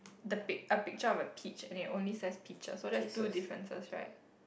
the pic~ a picture of a peach and it only says peaches so that's two differences right